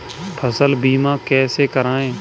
फसल बीमा कैसे कराएँ?